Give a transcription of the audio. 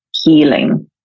healing